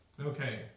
Okay